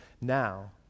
now